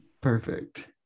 Perfect